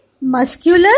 muscular